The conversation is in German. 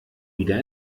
wieder